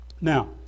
Now